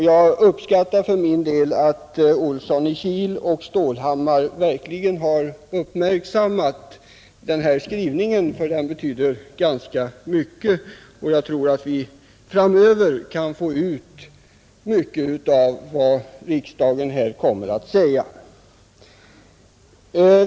Jag uppskattar att herrar Olsson i Kil och Stålhammar har uppmärksammat denna skrivning; den betyder ganska mycket, och jag tror att vi framöver kan få ut mycket av vad riksdagen här kommer att uttala.